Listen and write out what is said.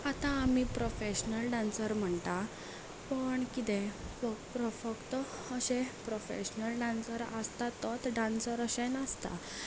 आतां आमी professional dancer म्हणटा पण किदें प्रो फक्त अशे प्रोफेशनल डांसर आसता तो तोच डांसर अशें नासता